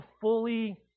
fully